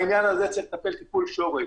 בעניין הזה, צריך לטפל טיפול שורש.